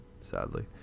sadly